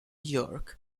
york